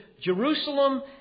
Jerusalem